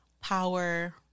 power